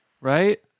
Right